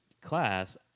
class